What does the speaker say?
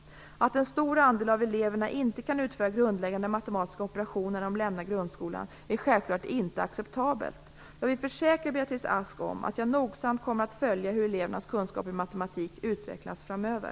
Att en stor andel av eleverna inte kan utföra grundläggande matematiska operationer när de lämnar grundskolan är självfallet inte acceptabelt. Jag vill försäkra Beatrice Ask om att jag nogsamt kommer att följa hur elevernas kunskaper i matematik utvecklas framöver.